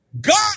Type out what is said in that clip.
God